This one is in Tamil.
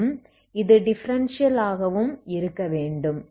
மேலும் இது டிஃபரென்ஷியல் ஆகவும் இருக்க வேண்டும்